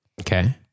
Okay